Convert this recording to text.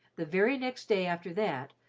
the very next day after that,